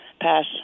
Pass